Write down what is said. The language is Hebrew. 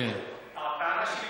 הטענה שלי,